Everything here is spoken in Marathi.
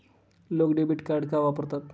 लोक डेबिट कार्ड का वापरतात?